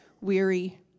weary